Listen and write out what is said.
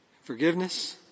forgiveness